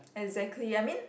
exactly I mean